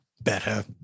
Better